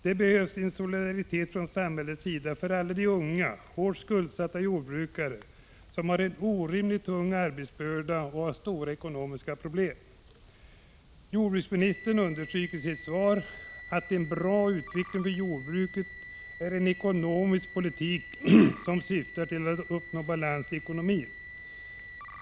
Det behövs solidaritet från samhället med alla de unga, hårt skuldsatta jordbrukare som har en orimligt tung arbetsbörda och stora ekonomiska problem. Jordbruksministern understryker i sitt svar att en bra utveckling för jordbruket är en ekonomisk politik som syftar till att uppnå balans i ekonomin.